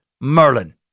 Merlin